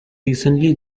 recently